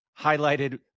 highlighted